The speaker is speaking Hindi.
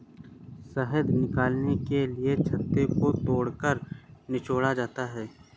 शहद निकालने के लिए छत्ते को तोड़कर निचोड़ा जाता है